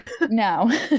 No